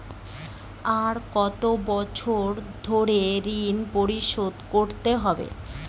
আর কত বছর ধরে ঋণ পরিশোধ করতে হবে?